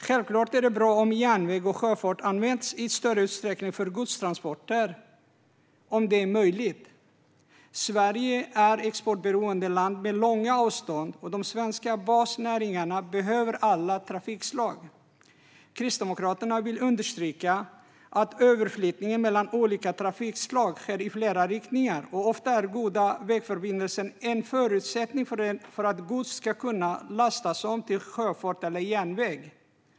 Självklart är det bra om järnväg och sjöfart används i större utsträckning för godstransporter om det är möjligt. Sverige är ett exportberoende land med långa avstånd, och de svenska basnäringarna behöver alla trafikslag. Kristdemokraterna vill understryka att överflyttningen mellan olika trafikslag sker i flera riktningar, och ofta är goda vägförbindelser en förutsättning för att gods ska kunna lastas om till sjöfart och järnväg.